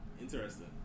Interesting